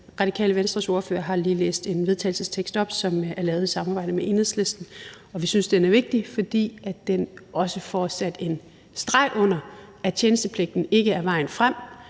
Radikale Venstres ordfører har lige læst en vedtagelsestekst op, som er lavet i samarbejde med Enhedslisten, og vi synes, den er vigtig, fordi den også får sat en streg under, at tjenestepligten ikke er vejen frem.